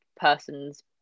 person's